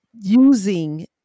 using